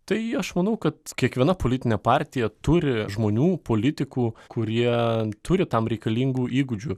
tai aš manau kad kiekviena politinė partija turi žmonių politikų kurie turi tam reikalingų įgūdžių